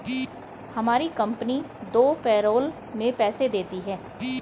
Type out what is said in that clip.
हमारी कंपनी दो पैरोल में पैसे देती है